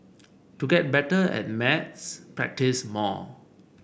to get better at maths practise more